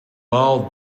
all